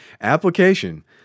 application